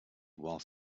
while